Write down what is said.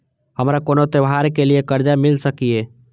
हमारा कोनो त्योहार के लिए कर्जा मिल सकीये?